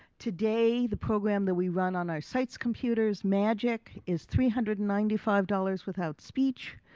today the program that we run our sites' computers, magic, is three hundred and ninety five dollars without speech,